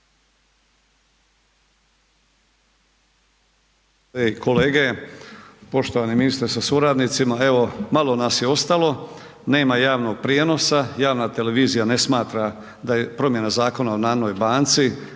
kolege, poštovani ministre sa suradnicima, evo malo nas je ostalo, nema javnog prijenosa, javna televizija smatra da je promjena Zakona o Narodnoj banci,